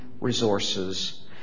resources